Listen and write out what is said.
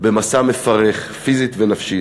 במסע מפרך פיזית ונפשית,